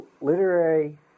literary